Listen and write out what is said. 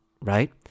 Right